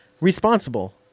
responsible